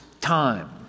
time